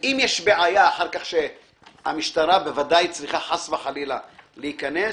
בעיה שהמשטרה צריכה חלילה להיכנס,